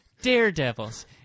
daredevils